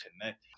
connect